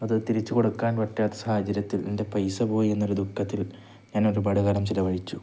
അതു തിരിച്ചുകൊടുക്കാൻ പറ്റാത്ത സാഹചര്യത്തിൽ എൻ്റെ പൈസ പോയി എന്നൊരു ദുഃഖത്തിൽ ഞാന് ഒരുപാടു കാലം ചിലവഴിച്ചു